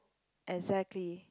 exactly